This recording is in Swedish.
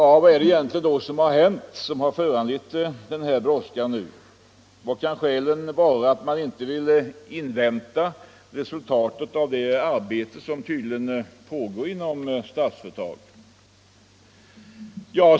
Vad är det då egentligen som föranleder den här brådskan? Vilka kan skälen vara till att man inte vill invänta resultatet av det arbete som tydligen pågår inom Statsföretag AB?